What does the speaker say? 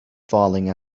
falling